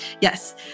yes